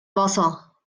wasser